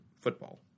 football